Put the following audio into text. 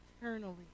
eternally